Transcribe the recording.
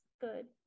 good